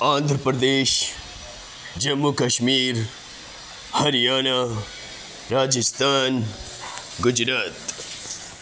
Andhra Pradesh Jammu Kashmir Haryana Rajasthan Gujarat